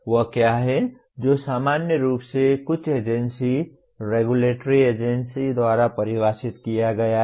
वह क्या है जो सामान्य रूप से कुछ एजेंसी रेगुलेटरी एजेंसी द्वारा परिभाषित किया गया है